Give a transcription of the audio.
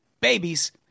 babies